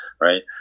Right